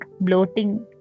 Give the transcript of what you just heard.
bloating